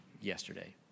yesterday